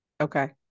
Okay